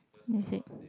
is it